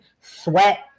sweat